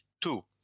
Two